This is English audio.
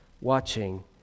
watching